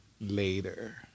later